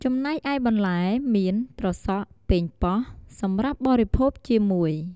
ចំណែកឯបន្លែមាន ត្រសក់ ប៉េងប៉ោះ (សម្រាប់បរិភោគជាមួយ) ។